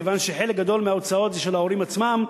כיוון שחלק גדול מההוצאות זה של ההורים עצמם.